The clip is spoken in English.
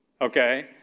okay